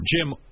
Jim